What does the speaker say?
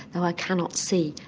though i cannot see,